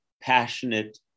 passionate